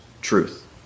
truth